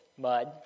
mud